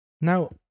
now